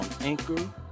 Anchor